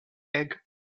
egg